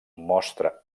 mostra